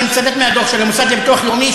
אני מצטט מהדוח של המוסד לביטוח לאומי,